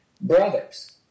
Brothers